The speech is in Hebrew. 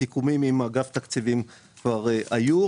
הסיכומים עם אגף תקציבים כבר היו,